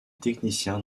technicien